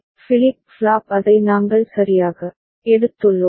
flip flop அதை நாங்கள் சரியாக எடுத்துள்ளோம்